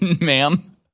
ma'am